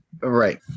Right